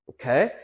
okay